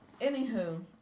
Anywho